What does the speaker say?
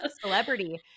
celebrity